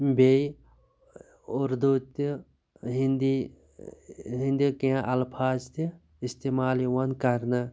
بیٚیہِ اُردو تہِ ہِنٛدی ہِنٛدی کیٚنٛہہ اَلفاظ تہِ اِستعمال یِوان کَرنہِ